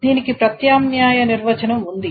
దీనికి ప్రత్యామ్నాయ నిర్వచనం ఉంది